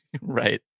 Right